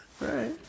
Right